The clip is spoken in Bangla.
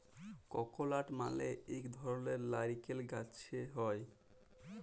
ককলাট মালে ইক ধরলের লাইরকেল গাহাচে হ্যয়